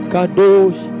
Kadosh